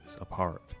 apart